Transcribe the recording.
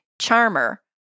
charmer